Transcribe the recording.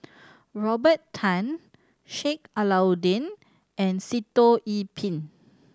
Robert Tan Sheik Alau'ddin and Sitoh Yih Pin